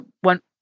one